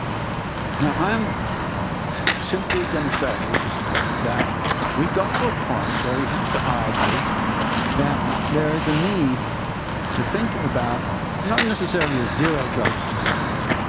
yeah i am simply going to say, at this point, that we've got to a point where we have to argue that there is a need to think about, not necessarily a zero-growth society,